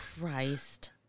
Christ